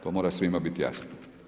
To mora svima biti jasno.